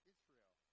Israel